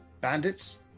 bandits